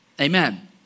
Amen